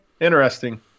interesting